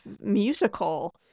musical